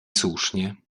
słusznie